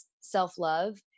self-love